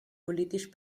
politisch